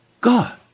God